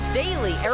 daily